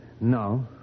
No